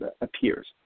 appears